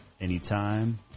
anytime